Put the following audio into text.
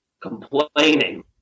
complaining